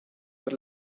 per